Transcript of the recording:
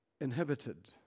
inhibited